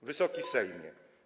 Wysoki Sejmie!